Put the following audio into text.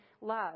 love